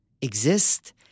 exist